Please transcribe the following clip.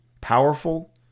powerful